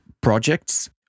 projects